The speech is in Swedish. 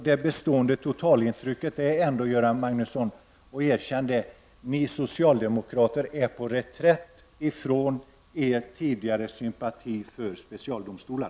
Det bestående totalintrycket är ändå, vilket jag tycker att Göran Magnusson skall erkänna, att socialdemokraterna är på reträtt från sin tidigare sympati för specialdomstolar.